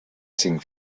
cinc